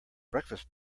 breakfast